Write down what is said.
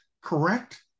correct